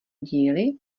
díly